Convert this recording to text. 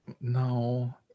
No